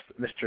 Mr